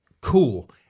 Cool